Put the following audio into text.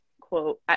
quote